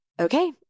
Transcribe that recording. okay